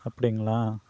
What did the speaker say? அப்படிங்களா